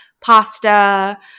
Pasta